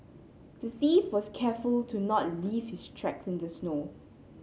the thief was careful to not leave his tracks in the snow